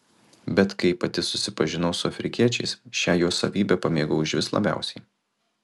bet kai pati susipažinau su afrikiečiais šią jų savybę pamėgau užvis labiausiai